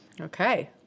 Okay